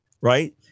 right